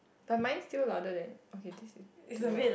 but mine still louder than okay this is too loud